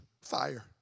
Fire